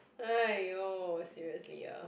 !aiyo! seriously ah